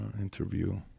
interview